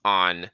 on